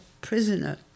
prisoner